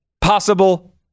possible